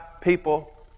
people